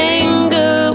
anger